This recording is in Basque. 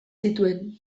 zituen